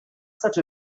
such